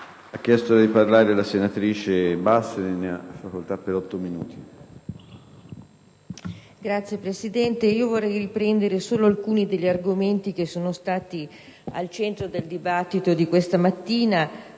Signor Presidente, vorrei riprendere solo alcuni degli argomenti che sono stati al centro del dibattito di questa mattina